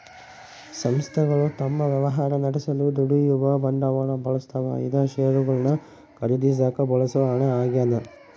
ಸಂಸ್ಥೆಗಳು ತಮ್ಮ ವ್ಯವಹಾರ ನಡೆಸಲು ದುಡಿಯುವ ಬಂಡವಾಳ ಬಳಸ್ತವ ಉದಾ ಷೇರುಗಳನ್ನು ಖರೀದಿಸಾಕ ಬಳಸೋ ಹಣ ಆಗ್ಯದ